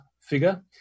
figure